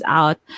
out